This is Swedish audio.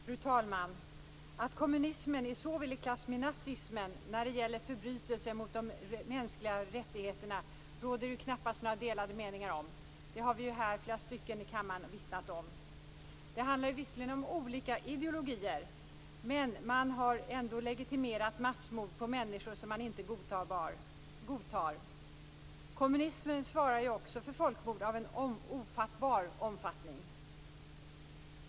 Fru talman! Att kommunismen är i klass med nazismen när det gäller förbrytelser mot de mänskliga rättigheterna råder det knappast några delade meningar om. Det har flera stycken vittnat om i kammaren. Det handlar visserligen om olika ideologier, men man har ändå legitimerat massmord på människor som man inte godtar. Kommunismen svarar ju också för folkmord av en ofattbar omfattning.